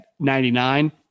99